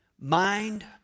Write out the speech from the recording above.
mind